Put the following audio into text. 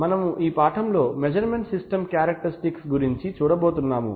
మనము ఈ పాఠంలో మెజర్మెంట్ సిస్టం క్యారెక్టర్ స్టిక్స్ గురించి చూడబోతున్నాము